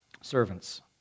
Servants